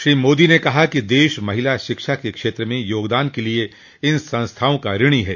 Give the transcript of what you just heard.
श्री मोदी ने कहा कि देश महिला शिक्षा के क्षेत्र में योगदान के लिए इन संस्थाओं का ऋणी है